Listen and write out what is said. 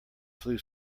flu